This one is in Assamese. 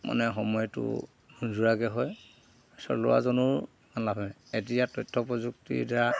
মানে সময়টো যোৰাকে হয় চলোৱাজনৰ লাভ হয় এতিয়া তথ্য প্ৰযুক্তিৰ দ্বাৰা